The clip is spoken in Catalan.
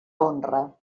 honra